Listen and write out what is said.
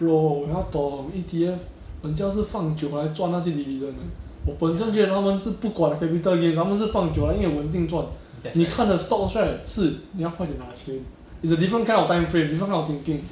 bro 你要懂 E_T_F 很像是放久来赚那些 dividend leh 我本身觉得他们是不管 capital gain 他们是放久了因为稳定赚你看的 stocks right 是你要快点拿钱 it's a different kind of timeframe different kind of thinking